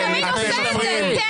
אתם מפריעים, אתם מפריעים.